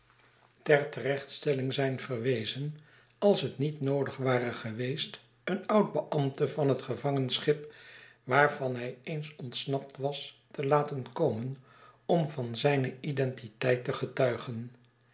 zijn verwezen als het niet noodig ware geweest een oud beambte van net gevangenschip waarvan hij eens ontsnapt was telaten komen om van zijne identiteit te getuigen